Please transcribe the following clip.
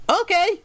okay